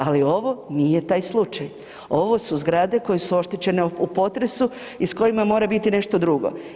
Ali ovo nije taj slučaj, ovo su zgrade koje su oštećene u potresu i s kojima mora biti nešto drugo.